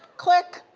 click!